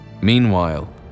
Meanwhile